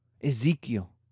Ezekiel